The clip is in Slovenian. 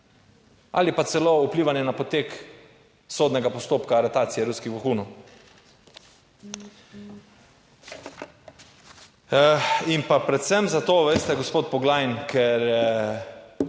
ali pa celo vplivanje na potek sodnega postopka aretacije ruskih vohunov. In pa predvsem za to, veste, gospod Poglajen, ker